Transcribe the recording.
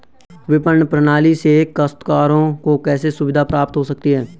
विपणन प्रणाली से काश्तकारों को कैसे सुविधा प्राप्त हो सकती है?